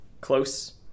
close